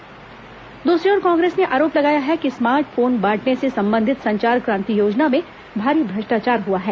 कांग्रेस आरोप दूसरी ओर कांग्रेस ने आरोप लगाया है कि स्मार्ट फोन बांटने से संबंधित संचार क्रांति योजना में भारी भ्रष्टाचार हुआ है